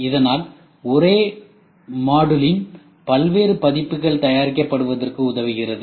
இதனால் ஒரே மாடுலின் பல்வேறு பதிப்புகள் தயாரிக்கப்படுவதற்கு உதவுகிறது